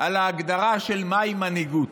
על ההגדרה מהי מנהיגות.